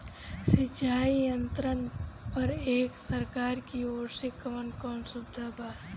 सिंचाई यंत्रन पर एक सरकार की ओर से कवन कवन सुविधा बा?